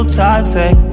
toxic